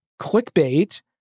clickbait